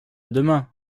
demain